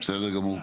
בסדר גמור.